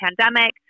pandemic